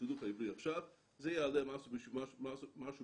זה יעלה משהו